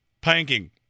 Panking